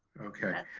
okay.